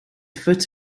foot